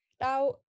now